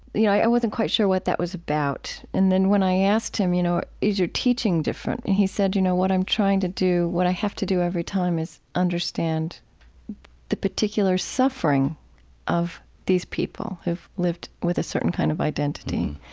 yeah i i wasn't quite sure what that was about. and then when i asked him, you know is your teaching different? and he said, you know, what i'm trying to do, what i have to do every time is understand the particular suffering of these people who've lived with a certain kind of identity.